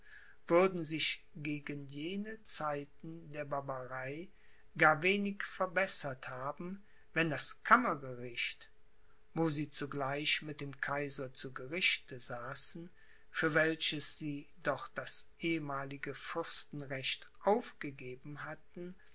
würden sich gegen jene zeiten der barbarei gar wenig verbessert haben wenn das kammergericht wo sie zugleich mit dem kaiser zu gerichte saßen für welches sie doch das ehemalige fürstenrecht aufgegeben hatten